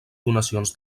donacions